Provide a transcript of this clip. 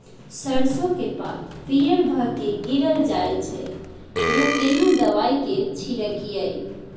सरसो के पात पीयर भ के गीरल जाय छै यो केना दवाई के छिड़कीयई?